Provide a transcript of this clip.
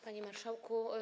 Panie Marszałku!